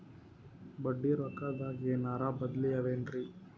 ಬಡ್ಡಿ ರೊಕ್ಕದಾಗೇನರ ಬದ್ಲೀ ಅವೇನ್ರಿ?